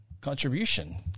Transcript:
Contribution